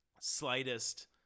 slightest